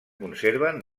conserven